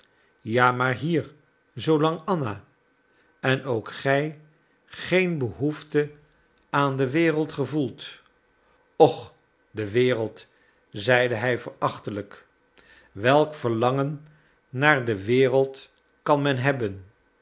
ja maar hier zoolang anna en ook gij geen behoefte aan de wereld gevoelt och de wereld zeide hij verachtelijk welk verlangen naar de wereld kan men hebben